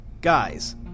Guys